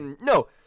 No